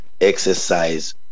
exercise